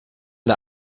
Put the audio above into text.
der